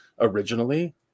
originally